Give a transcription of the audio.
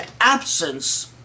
absence